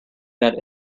got